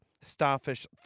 Starfish